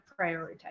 prioritize